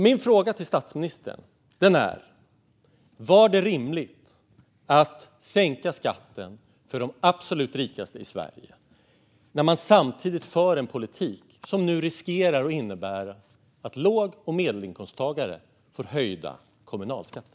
Min fråga till statsministern är: Är det rimligt att sänka skatten för de absolut rikaste i Sverige när man samtidigt för en politik som riskerar att innebära att låg och medelinkomsttagare får höjda kommunalskatter?